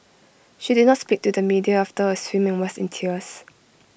she did not speak to the media after her swim and was in tears